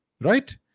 Right